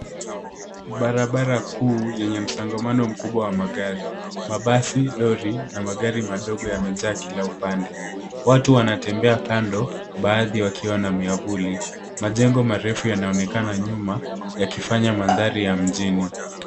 Barabara kuu yenye msongamano mkubwa wa magari. Mabasi, lori na magari madogo yamejaa kila upande. Watu wanatembea kando baadhi wakiwa na miavuli. Majengo marefu yanaonekana nyuma yakifanya mandhari ya mjini.